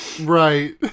Right